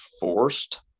forced